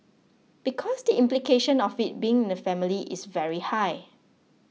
because the implication of it being in the family is very high